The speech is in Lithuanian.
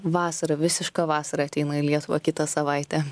vasara visiška vasara ateina į lietuvą kitą savaitę